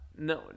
no